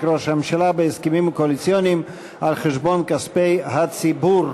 ראש הממשלה בהסכמים הקואליציוניים על חשבון כספי הציבור.